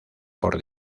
por